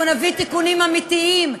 אנחנו נביא תיקונים אמיתיים,